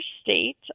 state